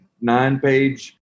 nine-page